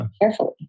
carefully